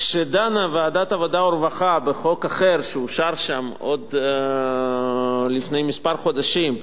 כשדנה ועדת העבודה והרווחה בחוק אחר שאושר שם עוד לפני כמה חודשים,